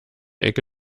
ecke